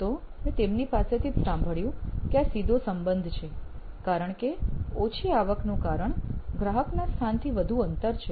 તો મેં તેમની પાસેથી જ સાંભળ્યું કે આ સીધો સંબંધ છે કારણ કે ઓછી આવકનું કારણ ગ્રાહકના સ્થાનથી વધુ અંતર છે